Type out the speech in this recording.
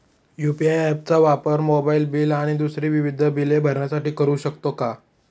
UPI app चा वापर mobile bill आणि दुसरी विविध बिले भरण्यासाठी करू शकतो का?